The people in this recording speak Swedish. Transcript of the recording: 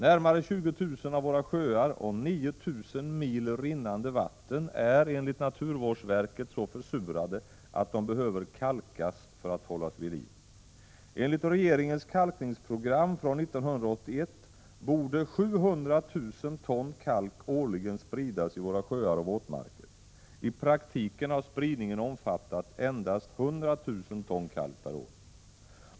Närmare 20 000 av våra sjöar och 9 000 mil rinnande vatten är enligt naturvårdsverket så försurade att de behöver kalkas för att hållas vid liv. Enligt regeringens kalkningsprogram från 1981 borde 700 000 ton kalk årligen spridas i våra sjöar och våtmarker. I praktiken har spridningen omfattat endast 100 000 ton kalk per år.